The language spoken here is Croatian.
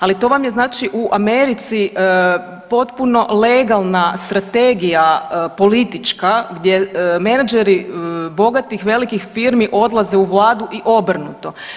Ali to vam je znači u Americi potpuno legalna strategija politička gdje menadžeri bogatih i velikih firmi odlaze u vladu i obrnuto.